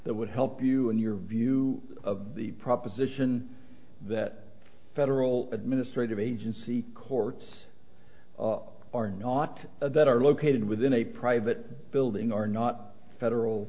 that would help you in your view of the proposition that federal administrative agency courts are not that are located within a private building are not federal